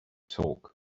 talk